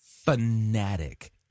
fanatic